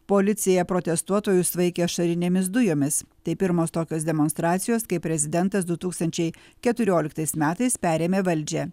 policija protestuotojus vaikė ašarinėmis dujomis tai pirmos tokios demonstracijos kai prezidentas du tūkstančiai keturioliktais metais perėmė valdžią